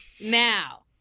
Now